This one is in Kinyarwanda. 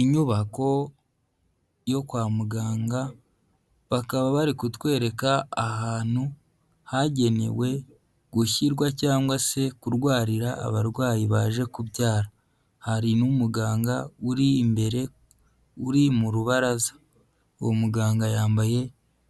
Inyubako yo kwa muganga, bakaba bari kutwereka ahantu hagenewe gushyirwa cyangwa se kurwarira abarwayi baje kubyara. Hari n'umuganga uri imbere, uri mu rubaraza. Uwo muganga yambaye